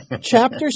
Chapter